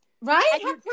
Right